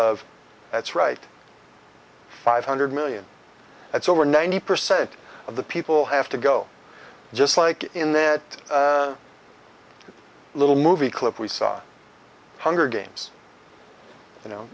that's right five hundred million that's over ninety percent of the people have to go just like in that little movie clip we saw hunger games you know